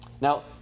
Now